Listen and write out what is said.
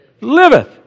liveth